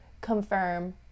confirm